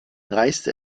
reiste